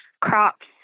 crops